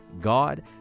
God